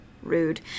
rude